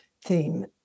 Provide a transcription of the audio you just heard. theme